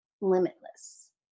limitless